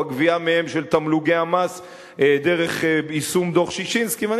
או הגבייה מהם של תמלוגי המס דרך יישום דוח-ששינסקי אני